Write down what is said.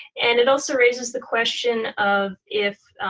and it also raises the question of if